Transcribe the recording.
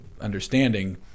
understanding